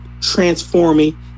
transforming